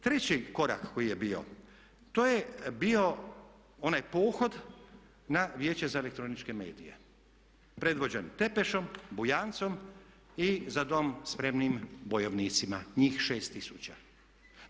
Treći korak koji je bio, to je bio onaj pohod na Vijeće za elektroničke medije predvođen Tepešom, Bujancom i za dom spremnim bojovnicima njih 6 tisuća.